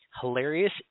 Hilarious